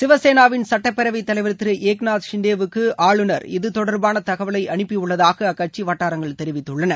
சிவசேனாவின் சட்டப்பேரவைத் தலைவர் திரு ஏக்நாத் ஷிண்டேவுக்கு ஆளுநர் இது தொடர்பான தகவலை அனுப்பியுள்ளதாக அக்கட்சி வட்டாரங்கள் தெரிவித்துள்ளன